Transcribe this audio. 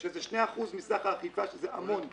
זה 2% מסך האכיפה, שזה המון.